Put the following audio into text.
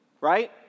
right